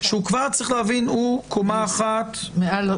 צריך להבין, הוא כבר קומה אחת מעל.